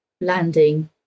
landing